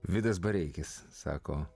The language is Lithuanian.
vidas bareikis sako